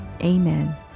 Amen